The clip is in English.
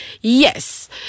Yes